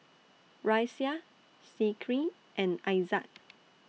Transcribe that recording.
Raisya Zikri and Aizat